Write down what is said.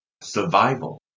survival